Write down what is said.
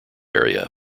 area